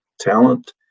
talent